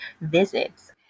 visits